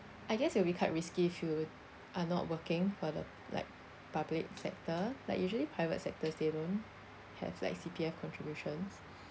I guess it'll be quite risky if you are not working for the like public sector like usually private sectors they don't have like C_P_F contributions